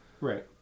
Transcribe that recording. right